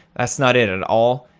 that's not it at all.